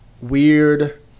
weird